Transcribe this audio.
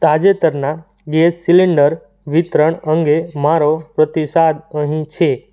તાજેતરના gas cylinder વિતરણ અંગે મારો પ્રતિસાદ અહીં છે